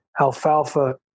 alfalfa